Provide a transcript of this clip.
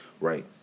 Right